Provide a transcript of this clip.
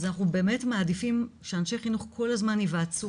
אז אנחנו באמת מעדיפים שאנשי חינוך כל הזמן ייוועצו